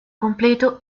completo